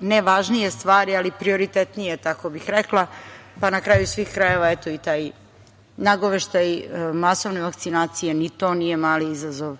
ne važnije stvari ali prioritetnije, tako bih rekla, pa na kraju i taj nagoveštaj masovne vakcinacije. Ni to nije mali izazov